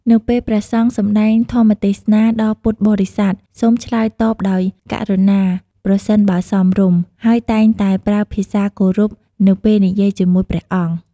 នៅពេលព្រះសង្ឃសំដែងធម្មទេសនាដល់ពុទ្ធបរិស័ទ សូមឆ្លើយតបដោយ ករុណា ប្រសិនបើសមរម្យ ហើយតែងតែប្រើភាសាគោរពនៅពេលនិយាយជាមួយព្រះអង្គ។